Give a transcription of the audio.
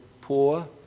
poor